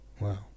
Wow